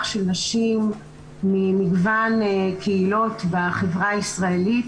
של נשים ממגוון קהילות בחברה הישראלית